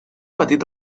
petit